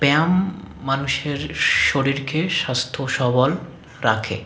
ব্যায়াম মানুষের শরীরকে স্বাস্থ্য সবল রাখে